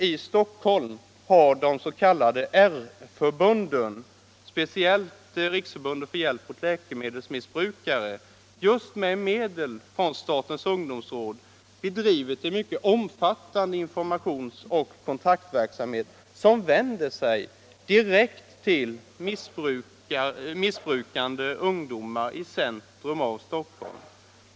I Stockholm har de s.k. R-förbunden, speciellt Riksförbundet för hjälp åt läkemedelsmissbrukare, just med medel från statens ungdomsråd bedrivit en mycket omfattande informationsoch kontaktverksamhet som riktar sig direkt till missbrukande ungdomar i centrum i Stockholm.